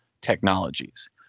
technologies